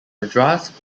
madras